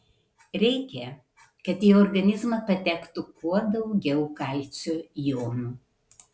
reikia kad į organizmą patektų kuo daugiau kalcio jonų